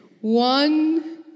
One